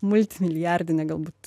multi milijardinė galbūt